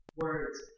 words